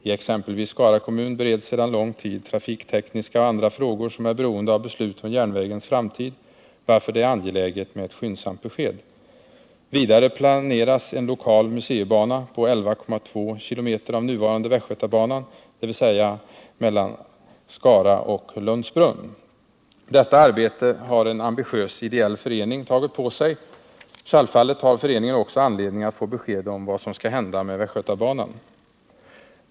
I exempelvis Skara kommun bereds sedan lång tid trafiktekniska och andra frågor som är beroende av beslut om järnvägens framtid, varför det är angeläget med ett skyndsamt besked. Vidare planeras en lokal museibana på 11,2 km av nuvarande västgötabanan, dvs. mellan Skara och Lundsbrunn. Detta arbete har en ambitiös ideell förening tagit på sig. Självfallet har också föreningen anledning att få besked om vad som skall hända med västgötabanan.